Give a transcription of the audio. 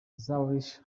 zurich